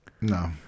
No